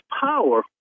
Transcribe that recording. power